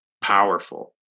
powerful